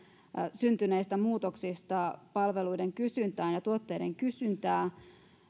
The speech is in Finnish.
syntyneistä muutoksista palveluiden kysyntään ja tuotteiden kysyntään